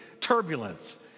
turbulence